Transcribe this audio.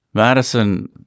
Madison